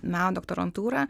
meno doktorantūrą